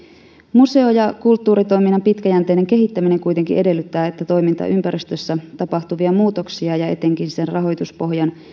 museo ja kulttuuritoiminnan pitkäjänteinen kehittäminen kuitenkin edellyttää että toimintaympäristössä tapahtuvia muutoksia ja etenkin sen rahoituspohjan